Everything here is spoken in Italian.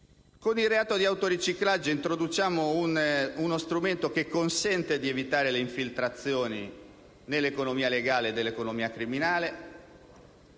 Con il reato di autoriciclaggio introduciamo uno strumento che consente di evitare le infiltrazioni nell'economia legale dell'economia criminale;